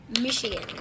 Michigan